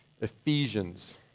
Ephesians